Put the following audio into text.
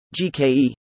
GKE